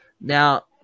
Now